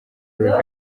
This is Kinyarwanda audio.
revenue